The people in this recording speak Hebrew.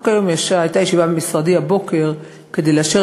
רק הבוקר הייתה ישיבה במשרדי כדי לאשר